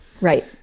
Right